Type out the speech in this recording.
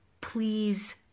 please